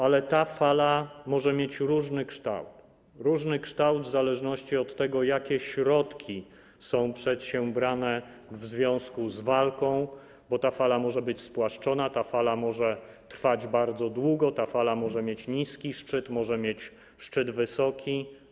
Ale ta fala może mieć różny kształt, w zależności od tego, jakie środki są przedsiębrane w związku z walką, bo ta fala może być spłaszczona, ta fala może trwać bardzo długo, ta fala może mieć niski szczyt, może mieć szczyt wysoki.